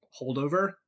holdover